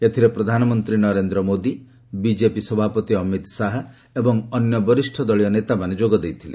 ଏଥିରେ ପ୍ରଧାନମନ୍ତ୍ରୀ ନରେନ୍ଦ୍ର ମୋଦି ବିଜେପି ସଭାପତି ଅମିତ ଶାହା ଏବଂ ଅନ୍ୟ ବରିଷ୍ଣ ଦଳୀୟ ନେତାମାନେ ଯୋଗଦେଇଥିଲେ